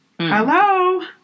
Hello